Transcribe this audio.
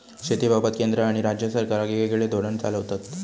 शेतीबाबत केंद्र आणि राज्य सरकारा येगयेगळे धोरण चालवतत